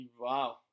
Wow